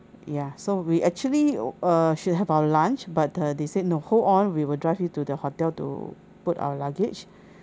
ya so we actually uh should have our lunch but uh they said no hold on we will drive you to the hotel to put our luggage